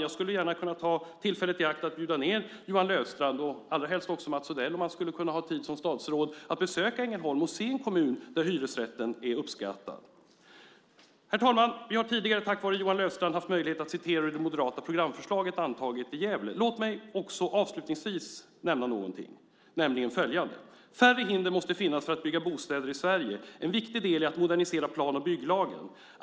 Jag skulle gärna ta tillfället i akt att bjuda ned Johan Löfstrand och allra helst också Mats Odell, om han skulle kunna ha tid som statsråd, att besöka Ängelholm och se en kommun där hyresrätten är uppskattad. Herr talman! Vi har tidigare tack vare Johan Löfstrand haft möjlighet att citera ur det moderata programförslaget, antaget i Gävle. Låt mig också avslutningsvis nämna följande: Färre hinder måste finnas för att bygga bostäder i Sverige. En viktig del i detta är att modernisera plan och bygglagen.